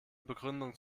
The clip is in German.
begründung